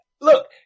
look